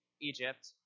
Egypt